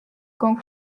camps